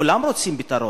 כולם רוצים פתרון,